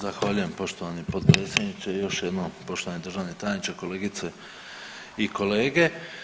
Zahvaljujem poštovani potpredsjedniče još jednom, poštovani državni tajniče, kolegice i kolege.